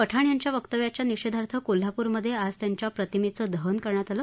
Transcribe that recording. पठाण यांच्या वक्तव्याच्या निषेधार्थ कोल्हाप्रमध्ये आज त्यांच्या प्रतिमेचं दहन करण्यात आलं